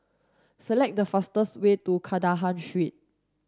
select the fastest way to Kandahar Street